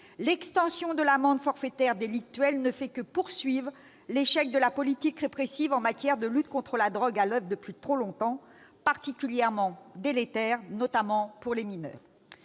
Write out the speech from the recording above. l'extension de l'amende forfaitaire délictuelle ne fait quant à elle que poursuivre l'échec de la politique répressive en matière de lutte contre la drogue, politique à l'oeuvre depuis trop longtemps et particulièrement délétère, notamment pour nos mineurs.